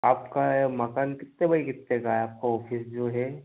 आपका यह मकान कितने बाई कितने का है आपका ऑफिस जो है